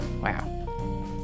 Wow